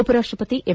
ಉಪರಾಷ್ಟ ಪತಿ ಎಂ